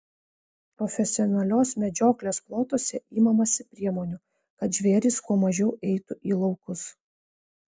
profesionalios medžioklės plotuose imamasi priemonių kad žvėrys kuo mažiau eitų į laukus